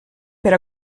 per